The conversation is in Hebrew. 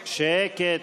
שקט, שקט.